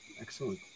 Excellent